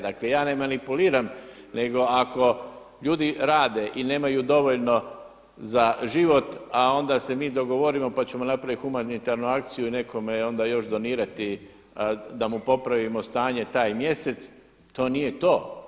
Dakle ja ne manipuliram nego ako ljudi rade i nemaju dovoljno za život, a onda se mi dogovorimo pa ćemo napraviti humanitarnu akciju i nekome onda još donirati da mu popravimo stanje taj mjesec, to nije to.